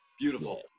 beautiful